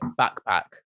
backpack